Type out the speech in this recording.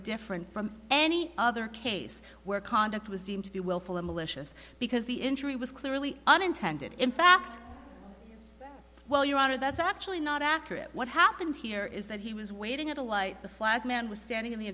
different from any other case where conduct was deemed to be willful and malicious because the injury was clearly unintended in fact well your honor that's actually not accurate what happened here is that he was waiting at a light the flag man was standing in the